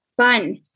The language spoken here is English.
Fun